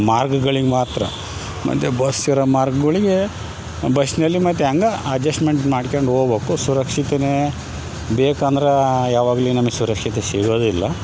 ಮಾರ್ಗಗಳಿಗೆ ಮಾತ್ರ ಮತ್ತು ಬಸ್ ಇರೋ ಮಾರ್ಗಗಳಿಗೆ ಬಸ್ನಲ್ಲಿ ಮತ್ಯಂಗ ಅಜ್ಜೆಷ್ಸ್ಮೆಂಟ್ ಮಾಡ್ಕೆಂಡು ಹೋಗಬೇಕು ಸುರಕ್ಷಿತವೇ ಬೇಕಂದ್ರೆ ಯಾವಾಗ್ಲು ನಮ್ಮ ಸುರಕ್ಷಿತೆ ಸಿಗೋದಿಲ್ಲ